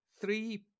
three